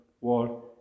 war